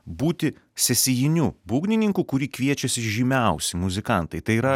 būti sesijiniu būgnininku kurį kviečiasi žymiausi muzikantai tai yra